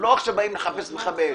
אנחנו לא באים לחפש את מכבי אש.